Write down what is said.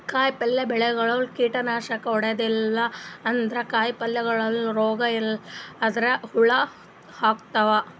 ಕಾಯಿಪಲ್ಯ ಬೆಳ್ಯಾಗ್ ಕೀಟನಾಶಕ್ ಹೊಡದಿಲ್ಲ ಅಂದ್ರ ಕಾಯಿಪಲ್ಯಗೋಳಿಗ್ ರೋಗ್ ಇಲ್ಲಂದ್ರ ಹುಳ ಹತ್ಕೊತಾವ್